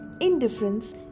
indifference